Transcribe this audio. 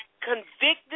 convicted